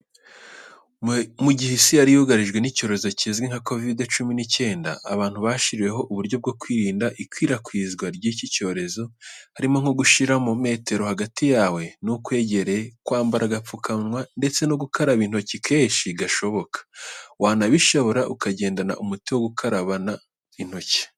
Mu gihe isi yari yugarijwe n'icyorezo kizwi nka Covid cumi n’icyenda, abantu bashyiriweho uburyo bwo kwirinda ikwirakwizwa ry’iki cyorezo, harimo nko gushyiramo metero hagati yawe n'ukwegereye, kwambara agapfukamunwa ndetse no gukaraba intoki kenshi gashoboka, wanabishobora ukagendana umuti wo gukaraba intoki.